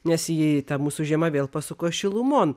nes ji ta mūsų žiema vėl pasuko šilumon